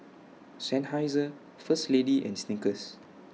Seinheiser First Lady and Snickers